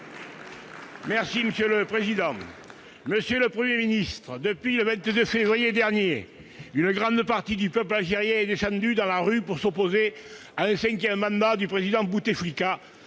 et Social Européen. Monsieur le Premier ministre, depuis le 22 février dernier, une grande partie du peuple algérien est descendue dans la rue pour s'opposer à un cinquième mandat du Président Bouteflika-